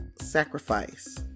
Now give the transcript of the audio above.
sacrifice